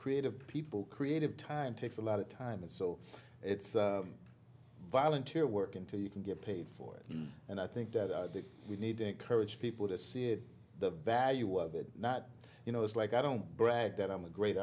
creative people creative time takes a lot of time and so it's volunteer work until you can get paid for it and i think that we need to encourage people to see the value of it not you know it's like i don't brag that i'm a great